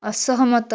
ଅସହମତ